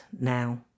now